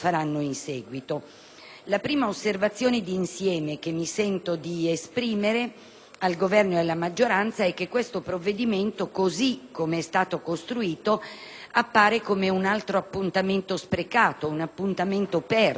La prima osservazione d'insieme che mi sento di esprimere al Governo e alla maggioranza è che questo provvedimento, così come è stato costruito, appare come un altro appuntamento sprecato, un appuntamento perso, purtroppo.